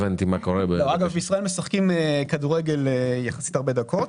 אגב, בישראל משחקים כדורגל יחסית הרבה דקות.